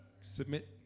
Submit